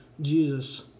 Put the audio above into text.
Jesus